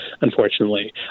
unfortunately